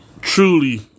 truly